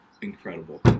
incredible